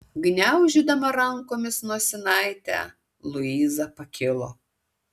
gniaužydama rankomis nosinaitę luiza pakilo